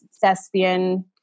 thespian